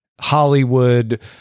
Hollywood